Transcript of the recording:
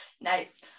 Nice